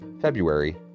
February